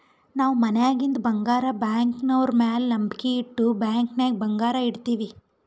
ನಾವ್ ಮನ್ಯಾಗಿಂದ್ ಬಂಗಾರ ಬ್ಯಾಂಕ್ನವ್ರ ಮ್ಯಾಲ ನಂಬಿಕ್ ಇಟ್ಟು ಬ್ಯಾಂಕ್ ನಾಗ್ ಬಂಗಾರ್ ಇಡ್ತಿವ್